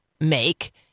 make